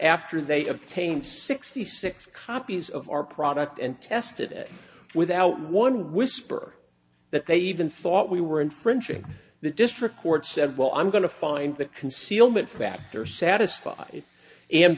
after they obtained sixty six copies of our product and tested it without one whisper that they even thought we were infringing the district court said well i'm going to find that concealment factor satisfied